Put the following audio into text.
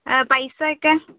പൈസ ഒക്കെ